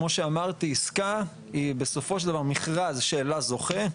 כמו שאמרתי עסקה היא בסופו של דבר מכרז שאלה זוכה,